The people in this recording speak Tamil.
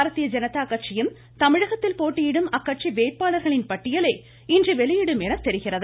பாரதிய ஜனதாதள் கட்சியும் தமிழகத்தில் போட்டியிடும் அக்கட்சி வேட்பாளர்களின் பட்டியலை இன்று வெளியிடும் என தெரிகிறது